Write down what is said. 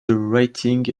writing